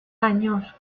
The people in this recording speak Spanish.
años